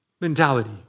mentality